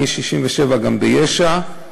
מ-1967 גם ביש"ע,